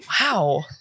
Wow